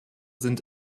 sind